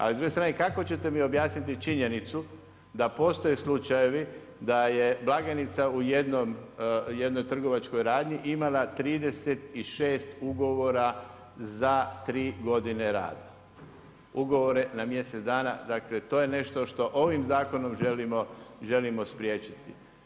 A s druge strane, kako ćete mi objasniti činjenicu da postoje slučajevi da je blagajnica u jednoj trgovačkoj radnji imala 36 ugovora za tri godine rada, ugovore na mjesec dana, dakle to je nešto što ovim zakonom želimo spriječiti.